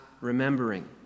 remembering